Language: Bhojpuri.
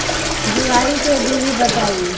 बुआई के विधि बताई?